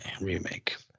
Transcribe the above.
remake